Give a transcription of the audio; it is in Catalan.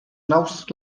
naus